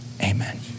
Amen